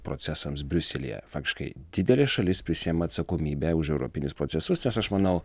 procesams briuselyje faktiškai didelė šalis prisiima atsakomybę už europinius procesus nes aš manau